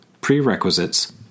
Prerequisites